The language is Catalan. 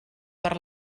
per